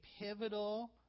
pivotal